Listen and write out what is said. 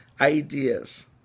ideas